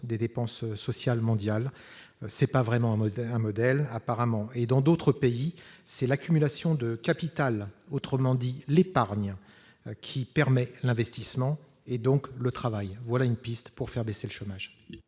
des dépenses sociales mondiales. Ce n'est pas vraiment un modèle apparemment ... Dans d'autres pays, c'est l'accumulation de capital, autrement dit l'épargne, qui permet l'investissement et donc le travail. Voilà une piste pour faire baisser le chômage